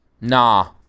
nah